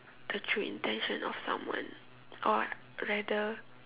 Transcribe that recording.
the true intention of someone or rather